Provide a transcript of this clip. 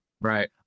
Right